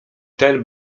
ten